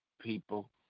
people